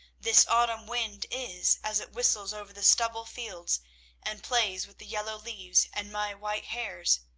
this autumn wind is as it whistles over the stubble fields and plays with the yellow leaves and my white hairs.